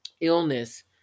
illness